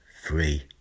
free